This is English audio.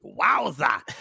Wowza